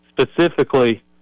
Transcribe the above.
specifically